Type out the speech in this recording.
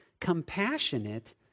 compassionate